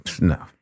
no